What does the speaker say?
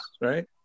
right